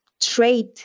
trade